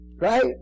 Right